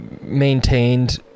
maintained